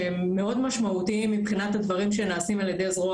שהם מאוד משמעותיים מבחינת הדברים שנעשים על ידי זרוע